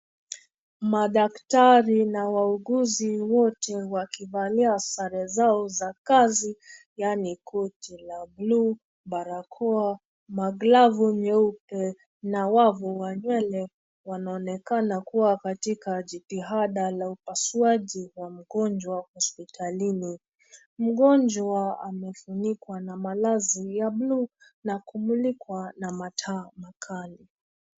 Madaktari na wauguzi wote wakivalia sare zao za kazi yaani: koti la bluu, barakoa, maglavu nyeupe na wavu wa nywele, wanaonekana kuwa katika jitihada la upasuaji wa mgonjwa hospitalini. Mgonjwa amefunikwa na malazi ya bluu na kumulikwa na mataa makali.